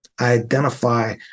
identify